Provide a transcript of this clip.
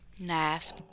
Nice